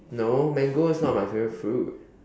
no mango is not my favourite fruit